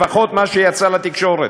לפחות מה שיצא לתקשורת,